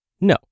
no